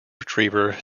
retriever